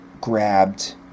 grabbed